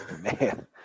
Man